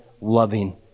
loving